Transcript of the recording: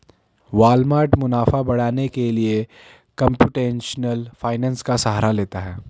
Walmart मुनाफा बढ़ाने के लिए कंप्यूटेशनल फाइनेंस का सहारा लेती है